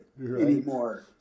anymore